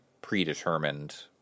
predetermined